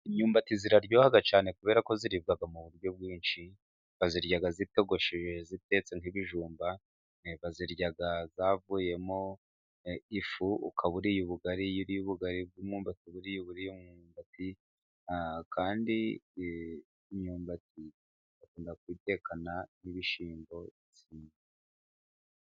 Imyumbati iraryoha cyane kubera ko iribwa mu buryo bwinshi. Bayirya itogosheje itetse nk'ibijumba, bayirya yavuyemo ifu ukaba uriye ubugari. Iyo uriye ubugari bw'umwumbati buriya uba uriye umwumbati, kandi imyumbati bakunda kuyitekana n'ibishyimbo bitsimbye.